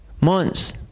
months